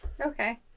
Okay